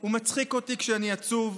הוא מצחיק אותי כשאני עצוב,